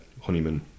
Honeyman